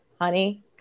Honey